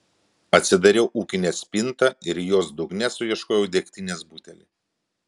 atsidariau ūkinę spintą ir jos dugne suieškojau degtinės butelį